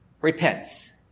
repents